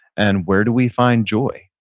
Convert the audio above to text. and where do we find joy?